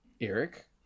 Eric